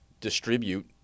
distribute